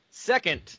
Second